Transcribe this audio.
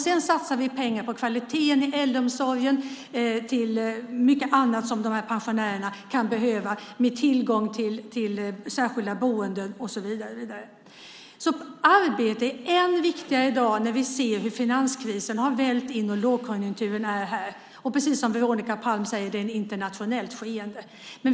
Sedan satsar vi pengar på kvaliteten inom äldreomsorgen och mycket annat som de här pensionärerna kan behöva, tillgång till särskilda boenden och så vidare. Arbetet är än viktigare i dag, när vi ser hur finanskrisen har vällt in och lågkonjunkturen är här. Precis som Veronica Palm säger är det ett internationellt skeende.